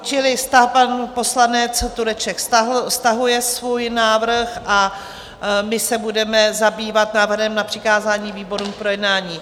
Čili pan poslanec Tureček stahuje svůj návrh a my se budeme zabývat návrhem na přikázání výborům k projednání.